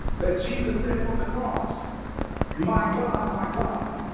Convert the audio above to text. that jesus said from the cross my god my god.